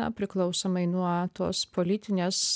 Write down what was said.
na priklausomai nuo tos politinės